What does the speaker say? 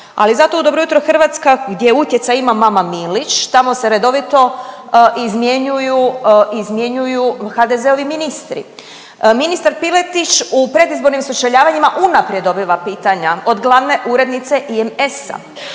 ali zato u Dobro jutro Hrvatska, gdje utjecaj ima mama Milić tamo se redovito izmjenjuju, izmjenjuju HDZ-ovi ministri. Ministar Piletić u predizbornim sučeljavanjima unaprijed dobiva pitanja od glavne urednice IMS-a.